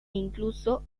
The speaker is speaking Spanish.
incluso